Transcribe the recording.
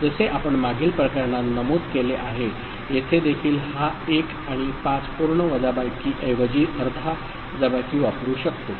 जसे आपण मागील प्रकरणात नमूद केले आहे येथे देखील हा 1 आणि 5 पूर्ण वजाबाकीऐवजी अर्धा वजाबाकी वापरू शकतो